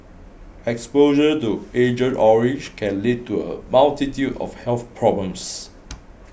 exposure to Agent Orange can lead to a multitude of health problems